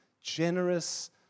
generous